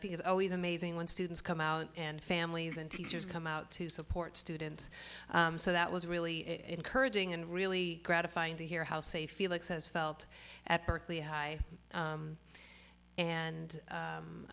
think it's always amazing when students come out and families and teachers come out to support students so that was really encouraging and really gratifying to hear how se felix has felt at berkeley high